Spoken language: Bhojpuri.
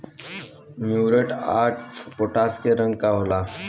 म्यूरेट ऑफ पोटाश के रंग का होला?